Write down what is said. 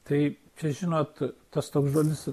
tai čia žinot tas toks žodis